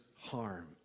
harm